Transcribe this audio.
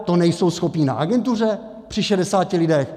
To nejsou schopni na agentuře při šedesáti lidech?